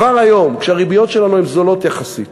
כבר היום, כשהריביות שלנו הן זולות יחסית,